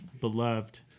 beloved